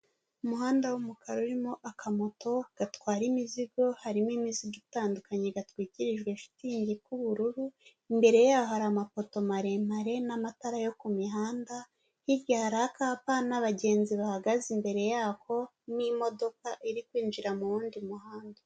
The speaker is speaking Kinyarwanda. Umuhanda w'umukara urimo akamoto gatwara imizigo, harimo imizigo itandukanye gatwikirijwe shitingi k'ubururu, imbere y'aho hari amapoto maremare n'amatara yo ku mihanda, hirya hari akapa n'abagenzi bahagaze imbere y'ako, n'imodoka iri kwinjira mu wundi muhanda.